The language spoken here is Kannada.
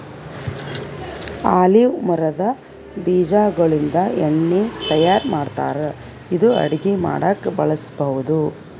ಆಲಿವ್ ಮರದ್ ಬೀಜಾಗೋಳಿಂದ ಎಣ್ಣಿ ತಯಾರ್ ಮಾಡ್ತಾರ್ ಇದು ಅಡಗಿ ಮಾಡಕ್ಕ್ ಬಳಸ್ಬಹುದ್